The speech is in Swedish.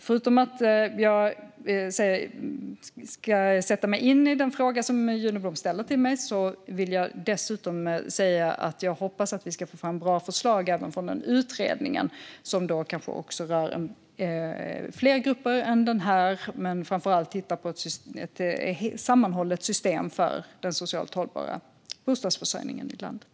Förutom att jag ska sätta mig in i den fråga som Juno Blom ställer till mig vill jag säga att jag hoppas att vi ska få fram bra förslag även från den utredningen, som kanske rör fler grupper än den här. Framför allt ska den titta på ett sammanhållet system för socialt hållbar bostadsförsörjning i landet.